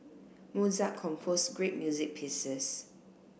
Mozart composed great music pieces